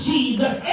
Jesus